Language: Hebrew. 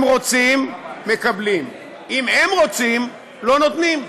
אם רוצים, מקבלים, אם הם רוצים, לא נותנים.